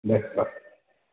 दे होमबा